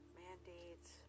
mandates